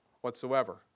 whatsoever